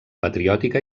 patriòtica